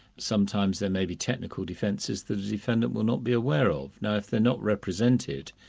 sometimes there may be technical defences the defendant will not be aware of. now if they're not represented,